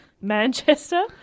Manchester